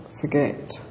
forget